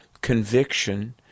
conviction